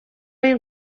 این